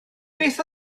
beth